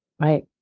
right